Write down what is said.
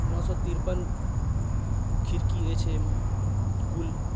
नओ सए तिरपन खिड़की अछि एहिमे कुल